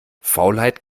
faulheit